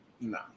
No